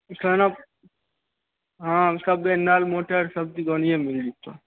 खाना हँ सगरे नल मोटर सब चीज ओनीये मिल जैतऽ